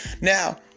Now